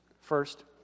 First